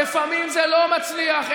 לפעמים זה לא מצליח.